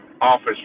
office